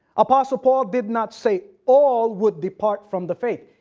apostle paul did not say all would depart from the faith.